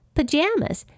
Pajamas